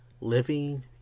Living